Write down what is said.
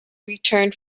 returned